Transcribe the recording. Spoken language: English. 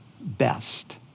best